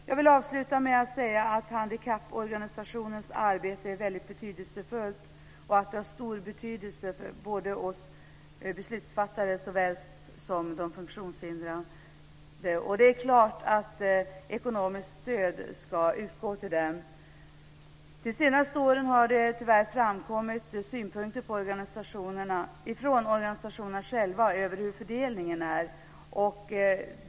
Jag vill avsluta med att säga att handikapporganisationernas arbete är mycket betydelsefullt och att det har stor betydelse för oss beslutsfattare såväl som för de funktionshindrade. Det är klart att ekonomiskt stöd ska utgå till dem. De senaste åren har det tyvärr framkommit synpunkter från organisationerna själva på hur fördelningen görs.